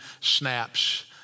snaps